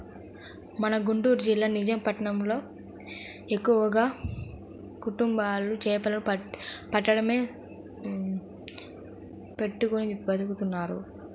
మన గుంటూరు జిల్లా నిజాం పట్నంలో ఎక్కువగా మత్స్యకార కుటుంబాలు చేపలను పట్టడమే వృత్తిగా పెట్టుకుని బతుకుతున్నారు